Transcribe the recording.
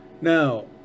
now